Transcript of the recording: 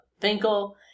Finkel